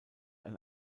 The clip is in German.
ein